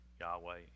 Yahweh